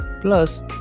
Plus